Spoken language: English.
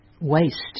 waste